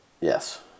yes